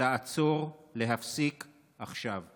לעצור, להפסיק עכשיו.